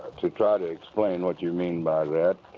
to try to explain what you mean by that.